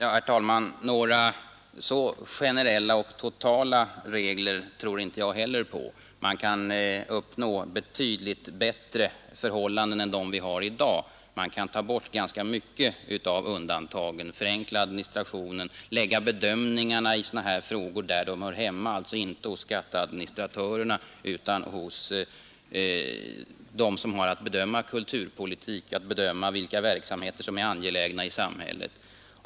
Herr talman! Några så generella och totala regler tror inte jag heller på. Men man kan uppnå betydligt bättre förhållanden än dem vi har i dag. Det går att ta bort ganska mycket av inskränkningar och undantag, förenkla administrationen, lägga bedömningarna i sådana här frågor där de hör hemma, alltså inte i skatteadministrationen utan hos dem som har att bedöma kulturpolitik eller har att bedöma vilka verksamheter som är angelägna i samhället.